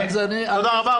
תודה רבה.